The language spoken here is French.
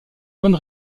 bonne